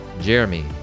Jeremy